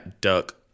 duck